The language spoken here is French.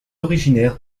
originaire